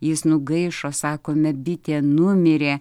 jis nugaišo sakome bitė numirė